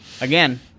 Again